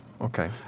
okay